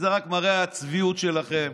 זה רק מראה את הצביעות שלכם,